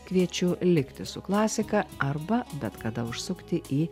kviečiu likti su klasika arba bet kada užsukti į